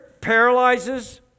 paralyzes